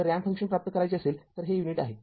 जर ramp function प्राप्त करायचे असेल तर हे युनिट आहे